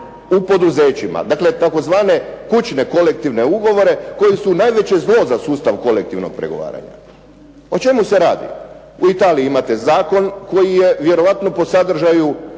u poduzećima, na tzv. Kućne kolektivne ugovore koji su najveće zlo za sustav kolektivnog pregovaranja. O čemu se radi? U Italiji imate zakon koji je vjerojatno po sadržaju